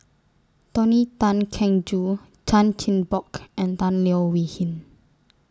Tony Tan Keng Joo Chan Chin Bock and Tan Leo Wee Hin